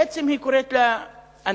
בעצם היא אומרת לאנשים